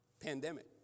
pandemic